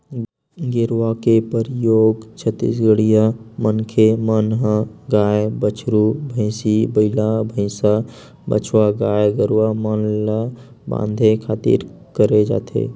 गेरवा के परियोग छत्तीसगढ़िया मनखे मन ह गाय, बछरू, भंइसी, बइला, भइसा, बछवा गाय गरुवा मन ल बांधे खातिर करे जाथे